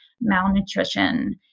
malnutrition